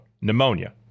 Pneumonia